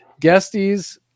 Guesties